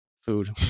food